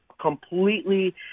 completely